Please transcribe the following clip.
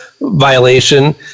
violation